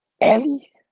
Ellie